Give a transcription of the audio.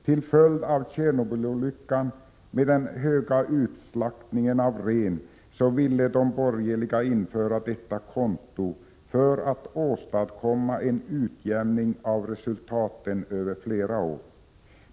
Till följd av Tjernobylolyckan och den därmed sammanhängande höga utslaktningen av ren ville de borgerliga införa detta konto för att åstadkomma en utjämning av resultaten över flera år.